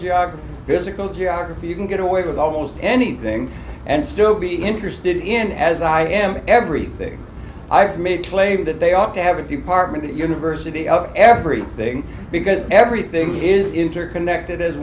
geography critical geography you can get away with almost anything and still be interested in as i am everything i've made claim that they ought to have if you partment university of every thing because everything is interconnected as